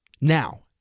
Now